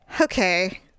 Okay